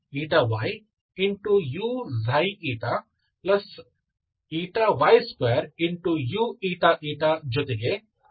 ಆದ್ದರಿಂದ ನಿಮಗೆ y2uξξ2∙ ξyyuξηy2uηη ಜೊತೆಗೆ ಕಡಿಮೆ ಕ್ರಮಾಂಕದ ಪದಗಳನ್ನು ಹೊಂದಿದ್ದೀರಿ